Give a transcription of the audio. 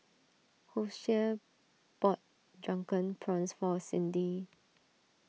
Hosea bought Drunken Prawns for Cindi